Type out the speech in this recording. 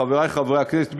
חברי חברי הכנסת,